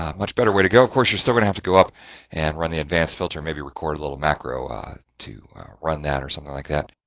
much better way to go of course, you're still gonna have to go up and run the advanced filter. maybe, record a little macro to run that or something like that,